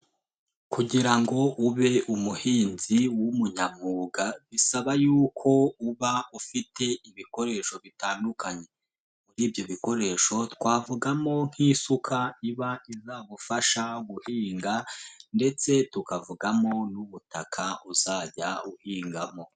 Kugira ngo ube umuhinzi w'umunyamwuga, bisaba yuko uba ufite ibikoresho bitandukanye, nk'ibyo bikoresho twavugamo nk'isuka iba izagufasha guhinga ndetse tukavugamo n'ubutaka uzajya uhingamo.